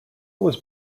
was